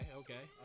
okay